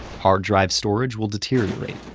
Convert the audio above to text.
hard drive storage will deteriorate.